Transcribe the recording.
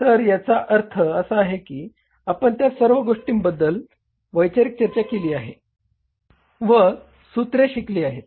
तर याचा अर्थ असा आहे की आपण त्या सर्व गोष्टींबद्दल वैचारिक चर्चा केली आहे व सूत्रे शिकली आहेत